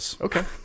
Okay